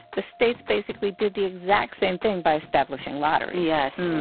the states basically did the exact same thing by establishing lotteries yes